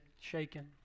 shaken